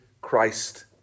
Christ